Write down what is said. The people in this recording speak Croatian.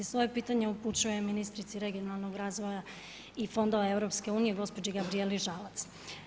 Svoje pitanje upućujem ministrici regionalnog razvoja i fondova Eu gospođi Gabrijeli Žalac.